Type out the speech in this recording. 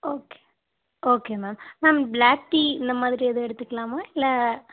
okay okay ma'am ma'am black tea இந்த மாதிரி எதுவும் எடுத்துக்கலாமா இல்லை